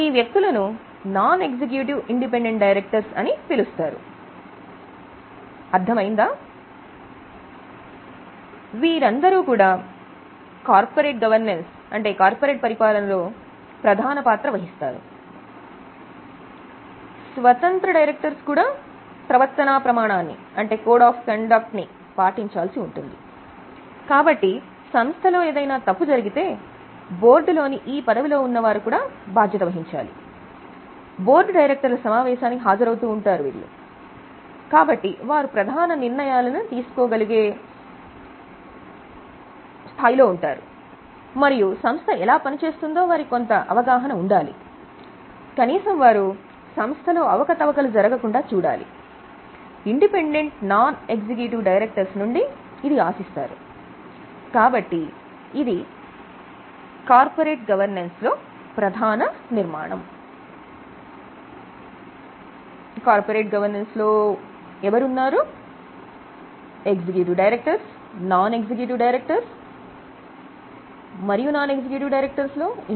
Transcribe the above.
ఈ వ్యక్తులను non executive independent directors లోప్రధాన నిర్మాణం